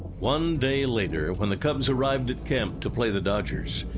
one day later when the cubs arrived at camp to play the dodgers,